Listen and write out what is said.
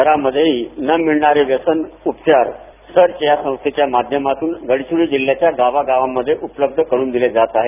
शहरांमध्येही न मिळणारे व्यसन उपचार सर्च या संस्थेच्या माध्यमातून गडचिरोली जिल्ह्याच्या गावागावांमध्ये उपलब्ध करून दिले जात आहेत